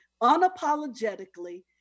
unapologetically